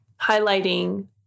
highlighting